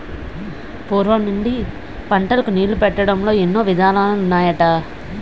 పూర్వం నుండి పంటలకు నీళ్ళు పెట్టడంలో ఎన్నో విధానాలు ఉన్నాయట